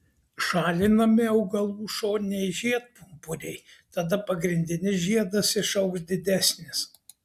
šalinami augalų šoniniai žiedpumpuriai tada pagrindinis žiedas išaugs didesnis